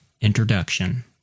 Introduction